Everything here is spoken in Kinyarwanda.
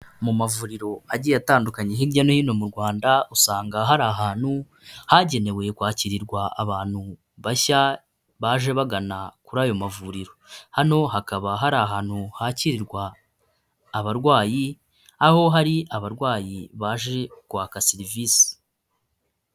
Mu mavuriro agiye atandukanye hirya no hino mu Rwanda usanga hari ahantu hagenewe kwakirirwa abantu bashya baje bagana kuri ayo mavuriro, hano hakaba hari ahantu hakirirwa abarwayi aho hari abarwayi baje kwaka serivise.